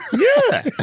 yeah.